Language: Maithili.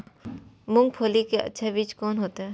मूंगफली के अच्छा बीज कोन होते?